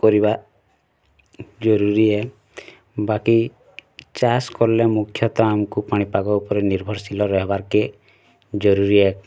କରିବା ଜରୁରୀ ହେ ବାକି ଚାଷ୍ କଲେ ମୁଖ୍ୟତଃ ଆମକୁ ପାଣି ପାଗ ଉପରେ ନିର୍ଭର୍ ଶିଲ ରହିବାର୍ କେ ଜରୁରୀ ଏ